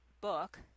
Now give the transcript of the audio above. book